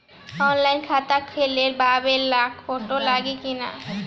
Online खाता खोलबाबे मे फोटो लागि कि ना?